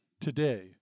today